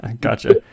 Gotcha